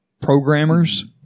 programmers